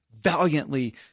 valiantly